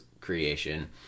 creation